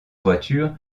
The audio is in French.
voiture